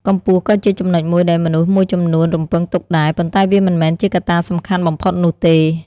កម្ពស់ក៏ជាចំណុចមួយដែលមនុស្សមួយចំនួនរំពឹងទុកដែរ ប៉ុន្តែវាមិនមែនជាកត្តាសំខាន់បំផុតនោះទេ។